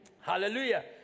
Hallelujah